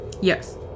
Yes